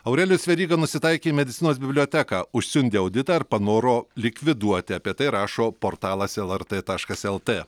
aurelijus veryga nusitaikė į medicinos biblioteką užsiundė auditą ir panoro likviduoti apie tai rašo portalas lrt taškas lt